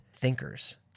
thinkers